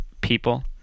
people